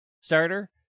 starter